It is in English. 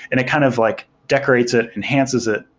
and it kind of like decorates it, enhances it,